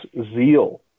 zeal